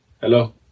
Hello